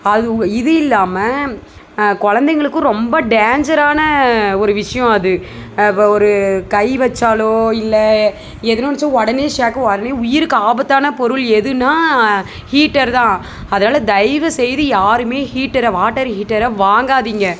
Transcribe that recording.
அது உங்க இது இல்லாமல் குழந்தைங்களுக்கும் ரொம்ப டேஞ்சரான ஒரு விஷயோ அது இப்போ ஒரு கை வச்சாலோ இல்லை எதுனா வச்சா உடனே ஷாக்கு உடனே உயிருக்கு ஆபத்தான பொருள் எதுன்னா ஹீட்டர் தான் அதனால் தயவு செய்து யாருமே ஹீட்டரை வாட்டர் ஹீட்டரை வாங்காதீங்க